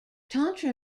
tantra